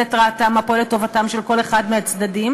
לרעתו ומה פועל לטובתו של כל אחד מהצדדים.